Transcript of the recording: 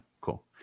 cool